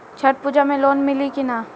छठ पूजा मे लोन मिली की ना?